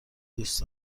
دوست